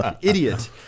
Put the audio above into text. idiot